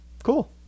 cool